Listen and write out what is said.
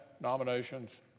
nominations